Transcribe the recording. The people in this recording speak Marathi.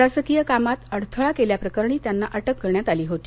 शासकीय कामात अडथळा केल्याप्रकरणी त्यांना अटक करण्यात आली होती